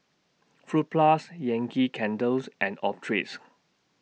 Fruit Plus Yankee Candles and Optrex